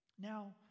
Now